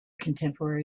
contemporary